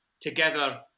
together